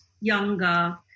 younger